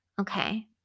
Okay